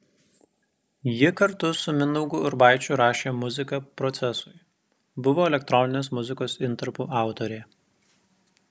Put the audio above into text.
ji kartu su mindaugu urbaičiu rašė muziką procesui buvo elektroninės muzikos intarpų autorė